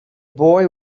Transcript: boy